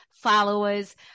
followers